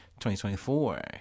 2024